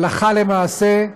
הלכה למעשה,